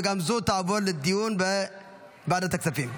וגם זו תעבור לדיון בוועדת הכספים.